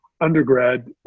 undergrad